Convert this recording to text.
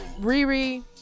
Riri